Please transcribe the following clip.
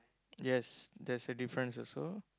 yes there's a difference also